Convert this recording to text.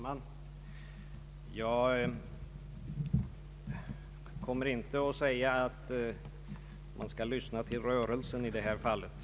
Herr talman! Det vore frestande säga att man nog bör lyssna till ”rörelsen” också i det här fallet.